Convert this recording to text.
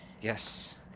Yes